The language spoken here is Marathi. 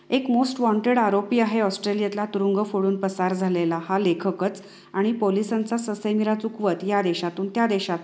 एक मोस्ट वॉन्टेड आरोपी आहे ऑस्ट्रेलियाला तुरुंग फोडून पसार झालेला हा लेखकच आणि पोलिसांचा ससेमीरा चुकवत या देशातून त्या देशातून